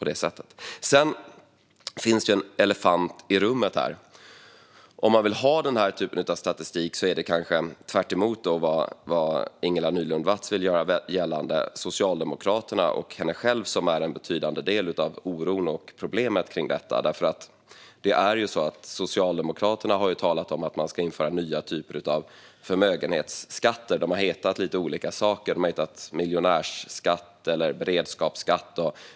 Det finns en elefant i rummet här. Om man vill ha den typen av statistik är det Socialdemokraterna och Ingela Nylund Watz som, kanske tvärtemot vad hon själv vill göra gällande, är en betydande del av oron och problemet. Socialdemokraterna har nämligen talat om att införa nya typer av förmögenhetsskatter. De har hetat lite olika saker: miljonärsskatt eller beredskapsskatt.